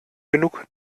genug